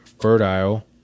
fertile